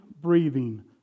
breathing